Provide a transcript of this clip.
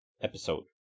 episode